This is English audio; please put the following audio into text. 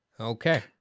Okay